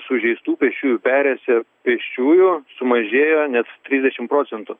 sužeistų pėsčiųjų perėjose pėsčiųjų sumažėjo net trisdešimt procentų